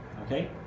Okay